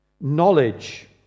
knowledge